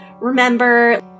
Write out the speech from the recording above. remember